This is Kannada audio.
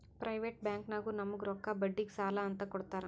ಪ್ರೈವೇಟ್ ಬ್ಯಾಂಕ್ನಾಗು ನಮುಗ್ ರೊಕ್ಕಾ ಬಡ್ಡಿಗ್ ಸಾಲಾ ಅಂತ್ ಕೊಡ್ತಾರ್